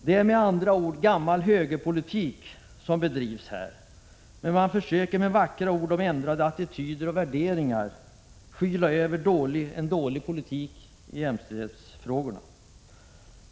Det är med andra ord gammal högerpolitik som bedrivs här, men man försöker med vackra ord om ändrade attityder och värderingar skyla över sin dåliga politik i jämställdhetsfrågor.